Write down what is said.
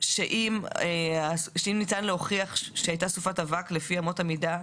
שאם ניתן להוכיח שהייתה סופת אבק לפי אמות המידה,